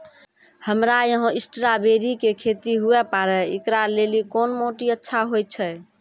हमरा यहाँ स्ट्राबेरी के खेती हुए पारे, इकरा लेली कोन माटी अच्छा होय छै?